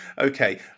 okay